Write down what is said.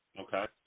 Okay